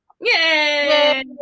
Yay